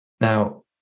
Now